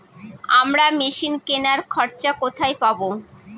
আমরা মেশিন কেনার খরচা কোথায় পাবো?